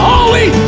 Holy